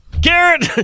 Garrett